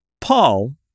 Paul